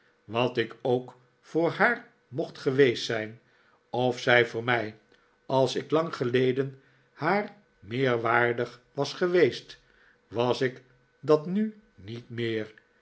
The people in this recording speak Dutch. wat ik ook voor haar mocht geweest zijn of zij voor mij als ik lang geleden haar meer waardig was geweest was ik dat nu niet meer